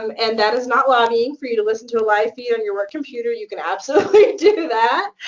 um and that is not lobbying for you to listen to a live feed on your work computer. you can absolutely do that.